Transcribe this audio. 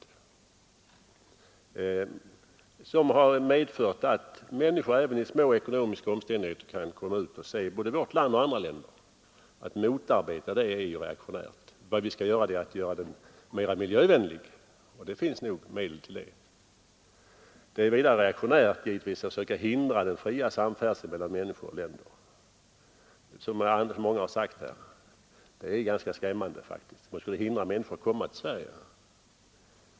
Bilismen har medfört att människor även i små ekonomiska omständigheter kan komma ut och se både vårt land och andra länder. Att motarbeta den är reaktionärt. Vad som behövs är att göra den mera miljövänlig. Och det finns nog medel till det. Det är vidare givetvis reaktionärt att söka hindra den fria samfärdseln mellan människor och länder — som man har velat göra. Det är ganska skrämmande om man försöker hindra människor att komma till Sverige.